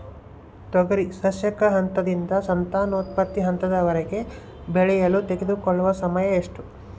ತೊಗರಿ ಸಸ್ಯಕ ಹಂತದಿಂದ ಸಂತಾನೋತ್ಪತ್ತಿ ಹಂತದವರೆಗೆ ಬೆಳೆಯಲು ತೆಗೆದುಕೊಳ್ಳುವ ಸಮಯ ಎಷ್ಟು?